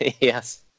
Yes